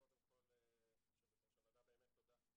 קודם כל, יושבת ראש הוועדה, באמת תודה.